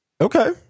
okay